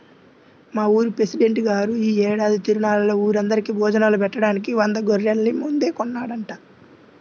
మా ఊరి పెసిడెంట్ గారు యీ ఏడాది తిరునాళ్ళలో ఊరందరికీ భోజనాలు బెట్టడానికి వంద గొర్రెల్ని ముందే కొన్నాడంట